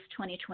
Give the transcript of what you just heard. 2020